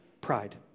Pride